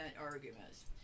arguments